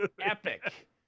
epic